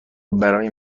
برای